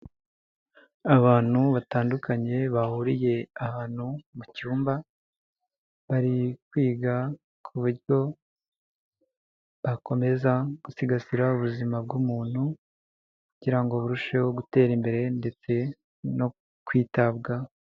Abantu batandukanye bahuriye ahantu mu cyumba, bari kwiga ku buryo bakomeza gusigasira ubuzima bw'umuntu kugira ngo burusheho gutera imbere ndetse no kwitabwaho.